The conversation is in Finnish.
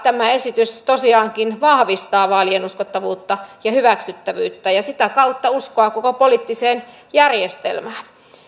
tämä esitys tosiaankin vahvistaa vaalien uskottavuutta ja hyväksyttävyyttä ja sitä kautta uskoa koko poliittiseen järjestelmään